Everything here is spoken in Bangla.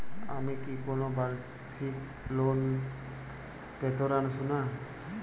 আমি কি কোন বাষিক ঋন পেতরাশুনা?